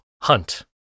hunt